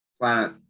planet